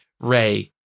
Ray